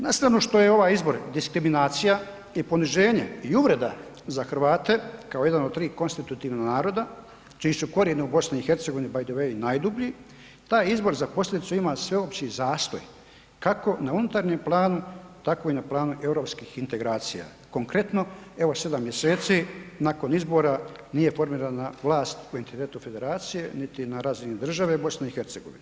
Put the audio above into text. Na stranu što je ovaj izbor diskriminacija i poniženje i uvreda za Hrvate kao jedan od tri konstitutivna naroda čiji su korijeni u BiH bay the way najdublji taj izbor za posljedicu ima sveopći zastoj kako na unutarnjem planu tako i na planu europskih integracija, konkretno evo 7 mjeseci nakon izbora nije formirana vlast u integritetu federacije niti na razini države BiH.